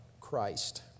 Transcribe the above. Christ